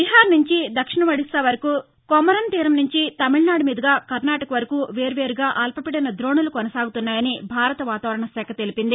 బీహార్ నుండి దక్షిణ ఒడిశా వరకు కొమరన్ తీరం నుంచి తమిళనాడు మీదుగా కర్ణాటక వరకు వేర్వేరుగా అల్పపీదన దోణులు కొనసాగుతున్నాయని భారత వాతావరణశాఖ తెలిపింది